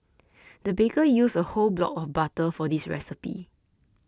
the baker used a whole block of butter for this recipe